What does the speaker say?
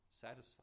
satisfied